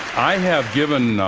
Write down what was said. i have given